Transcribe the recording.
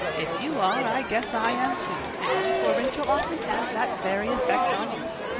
if you are i guess i am too, anne, for rachel often has that very effect on me.